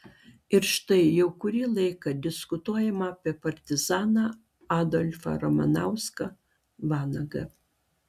ir štai jau kurį laiką diskutuojama apie partizaną adolfą ramanauską vanagą